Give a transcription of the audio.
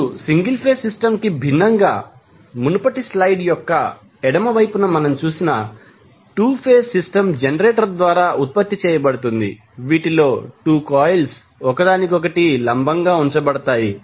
ఇప్పుడు single phase సిస్టమ్కి భిన్నంగా మునుపటి స్లైడ్ యొక్క ఎడమ వైపున మనం చూసిన 2 ఫేజ్ సిస్టమ్ జెనరేటర్ ద్వారా ఉత్పత్తి చేయబడుతుంది వీటిలో 2 కాయిల్స్ ఒకదానికొకటి లంబంగా ఉంచబడతాయి